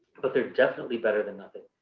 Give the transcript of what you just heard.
but they're definitely better than nothing.